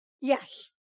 Yes